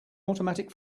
automatic